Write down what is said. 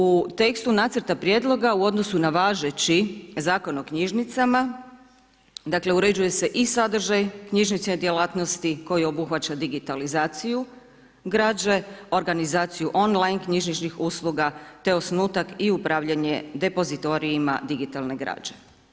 U tekstu nacrta prijedloga u odnosu na važeći Zakon o knjižnicama dakle uređuje se i sadržaj knjižnične djelatnosti koji obuhvaća digitalizaciju građe, organizaciju online knjižničnih usluga te osnutak i upravljanje depozitorijima digitalne građe.